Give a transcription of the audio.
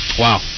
Wow